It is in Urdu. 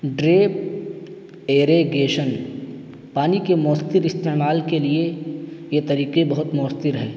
ڈریب ایریگیشن پانی کے مؤثر استعمال کے لیے یہ طریقے بہت مؤثر ہیں